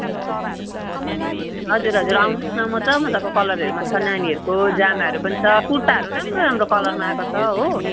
हजुर हजुर हजुर आउनुहोस् न मजा मजाको कलरहरूमा छ नानीहरूको जामाहरू पनि छ कुर्ताहरू राम्रो राम्रो कलरमा आएको छ हो